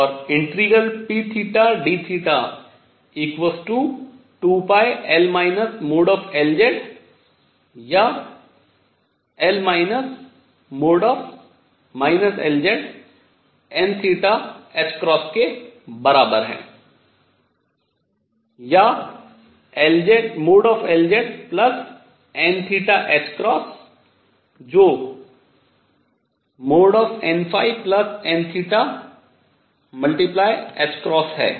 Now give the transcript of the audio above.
और ∫pdθ2πL Lz या L Lz n के बराबर है या LLzn जो nn है